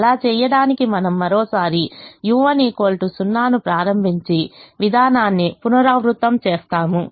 అలా చేయడానికి మనము మరోసారి u1 0 ను ప్రారంభించి విధానాన్ని పునరావృతం చేస్తాము